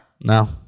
No